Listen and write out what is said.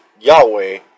Yahweh